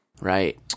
Right